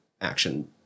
action